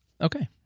Okay